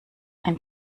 ein